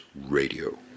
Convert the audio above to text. Radio